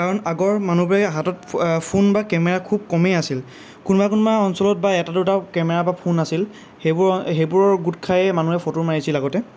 কাৰণ আগৰ মানুহবোৰে হাতত ফোন বা কেমেৰা খুব কমেই আছিল কোনোবা কোনোবা অঞ্চলত বা এটা দুটা কেমেৰা বা ফোন আছিল সেইবোৰ সেইবোৰৰ গোট খাইয়ে মানুহে ফটো মাৰিছিল আগতে